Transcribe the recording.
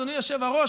אדוני היושב-ראש,